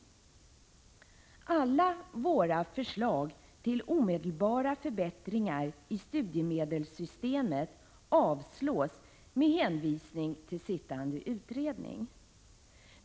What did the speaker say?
Alla våra förslag till omedelbara förbättringar i studiemedelssystemet avstyrks med hänvisning till sittande utredning.